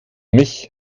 mich